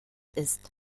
ist